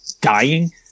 dying